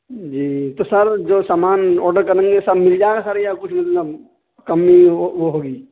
جی تو سر جو سامان آڈر کریں گے سب مل جائے گا سر یا کچھ مطلب کمی وہ وہ ہوگی